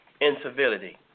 incivility